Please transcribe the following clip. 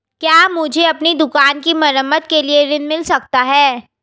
क्या मुझे अपनी दुकान की मरम्मत के लिए ऋण मिल सकता है?